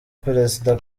perezida